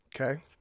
Okay